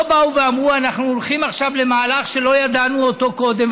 לא באו ואמרו: אנחנו הולכים עכשיו למהלך שלא ידענו אותו קודם,